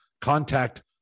contact